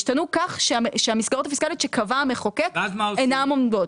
השתנו כך שהמסגרות הפיסקליות שקבע המחוקק אינן עומדות